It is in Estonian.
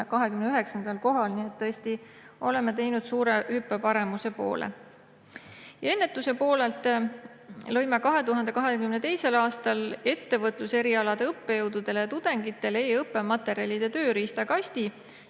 29. kohal. Nii et tõesti oleme teinud suure hüppe paremuse poole. Ennetuse poolelt lõime 2022. aastal ettevõtluserialade õppejõududele ja tudengitele e-õppematerjalide tööriistakasti,